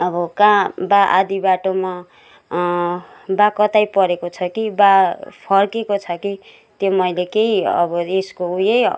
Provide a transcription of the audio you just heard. अब कहाँ बा आधा बाटोमा बा कतै परेको छ कि बा फर्केको छ कि त्यो मैले केही अब यसको उयै